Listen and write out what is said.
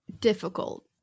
difficult